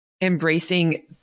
embracing